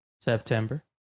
September